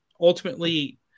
ultimately